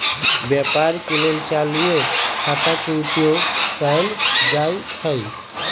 व्यापार के लेल चालूये खता के उपयोग कएल जाइ छइ